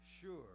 sure